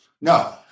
No